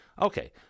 Okay